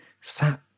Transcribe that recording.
sat